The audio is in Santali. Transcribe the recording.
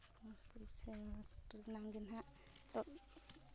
ᱚᱱᱟ ᱯᱚᱭᱥᱟᱹ ᱨᱮᱱᱟᱜ ᱜᱮ ᱦᱟᱸᱜ ᱱᱤᱛᱳᱜ